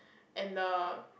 and the